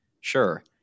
Sure